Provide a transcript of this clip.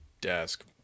desk